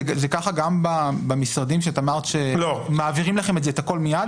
זה ככה גם במשרדים שאת אמרת שמעבירים לכם את זה הכול מיד,